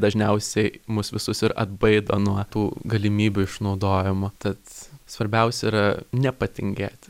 dažniausiai mus visus ir atbaido nuo tų galimybių išnaudojimo tad svarbiausia yra nepatingėti